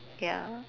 ya